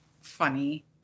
funny